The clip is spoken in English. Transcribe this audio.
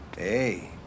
Hey